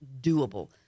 doable